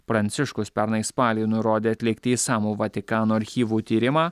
pranciškus pernai spalį nurodė atlikti išsamų vatikano archyvų tyrimą